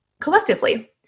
collectively